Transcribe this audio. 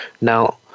Now